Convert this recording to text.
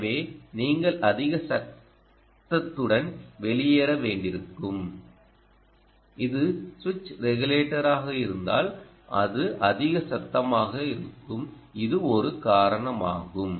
எனவே நீங்கள் அதிக சத்தத்துடன் வெளியேற வேண்டியிருக்கும் இது சுவிட்ச் ரெகுலேட்டராக இருந்தால் அது அதிக சத்தமாக இருக்கும் இது ஒரு காரணமாகும்